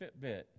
Fitbit